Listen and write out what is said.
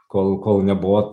kol kol nebuvo